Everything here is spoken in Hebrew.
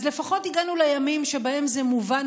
אז לפחות הגענו לימים שבהם זה מובן